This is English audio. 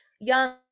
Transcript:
young